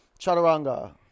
chaturanga